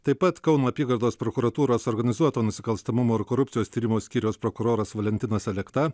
taip pat kauno apygardos prokuratūros organizuoto nusikalstamumo ir korupcijos tyrimo skyriaus prokuroras valentinas alekna